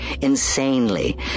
insanely